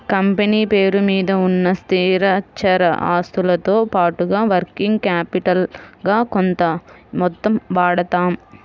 company పేరు మీద ఉన్న స్థిరచర ఆస్తులతో పాటుగా వర్కింగ్ క్యాపిటల్ గా కొంత మొత్తం వాడతాం